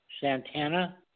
Santana